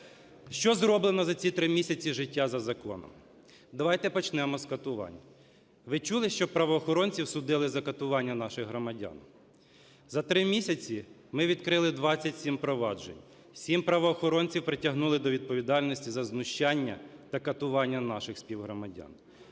Що зроблено за ці три місяці життя за законом? Давайте почнемо з катувань. Ви чули, щоб правоохоронців судили за катування наших громадян? За три місяці ми відкрили 27 проваджень, 7 правоохоронців притягнули до відповідальності за знущання та катування наших співгромадян.